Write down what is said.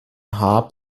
hab